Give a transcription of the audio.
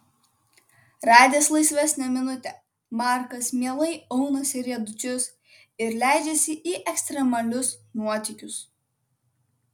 radęs laisvesnę minutę markas mielai aunasi riedučius ir leidžiasi į ekstremalius nuotykius